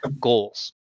goals